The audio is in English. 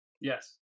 Yes